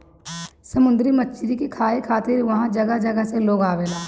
समुंदरी मछरी के खाए खातिर उहाँ जगह जगह से लोग आवेला